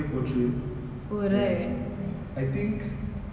and uh roughly I watched the movie I'm not sure whether you did